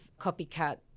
copycat